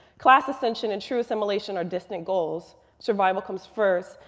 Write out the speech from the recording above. class ascension and true assimilation are distant goals. survival comes first.